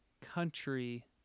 country